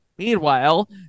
Meanwhile